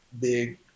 big